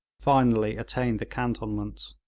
finally attained the cantonments.